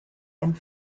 and